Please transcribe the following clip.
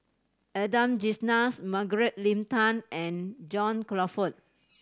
Adan Margaret Leng Tan and John Crawfurd